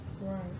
right